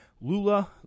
Lula